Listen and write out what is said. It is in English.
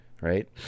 right